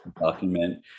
document